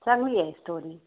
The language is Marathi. चांगली आहे स्टोरी